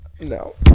No